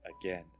again